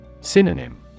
Synonym